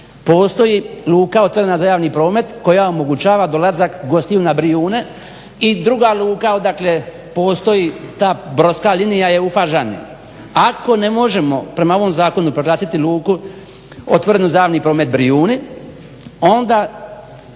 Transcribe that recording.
postoji luka otvorena za javni promet koja omogućava dolazak gostiju na Brijune i druga luka odakle postoji ta brodska linija je u Fažani. Ako ne možemo prema ovom zakonu proglasiti luku otvorenu za javni promet Brijuni onda